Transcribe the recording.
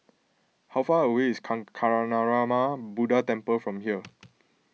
how far away is Kancanarama Buddha Temple from here